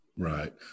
Right